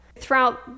Throughout